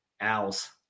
Owls